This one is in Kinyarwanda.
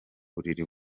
buriri